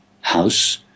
house